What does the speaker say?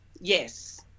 Yes